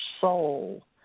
soul